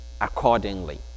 accordingly